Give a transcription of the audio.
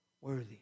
worthy